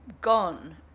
gone